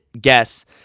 guess